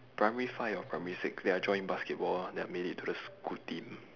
primary five or primary six then I join basketball then I made it to the school team